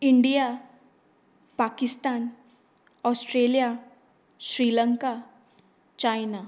India Pakistan Australia Sri Lanka China